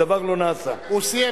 ודבר לא נעשה" ----- הוא סיים,